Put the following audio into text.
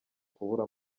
kubura